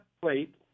plate